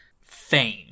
fame